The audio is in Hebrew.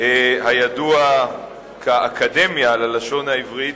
הידוע כאקדמיה ללשון העברית,